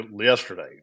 yesterday